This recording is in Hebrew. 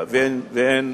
ואין,